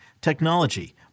technology